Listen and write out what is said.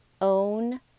Own